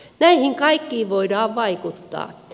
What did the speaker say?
näihin kaikkiin voidaan vaikuttaa